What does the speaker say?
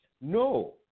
No